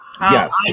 Yes